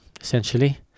essentially